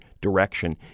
direction